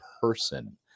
person